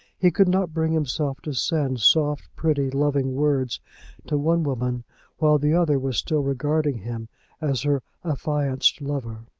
he could not bring himself to send soft, pretty, loving words to one woman while the other was still regarding him as her affianced lover.